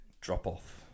drop-off